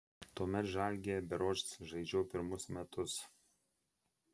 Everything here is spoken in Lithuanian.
tuomet žalgiryje berods žaidžiau pirmus metus